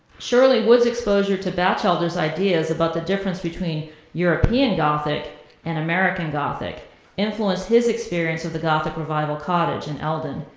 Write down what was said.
surely wood's exposure to bachelder's ideas about the difference between european gothic and american gothic influenced his experience with the gothic revival cottage in eldon.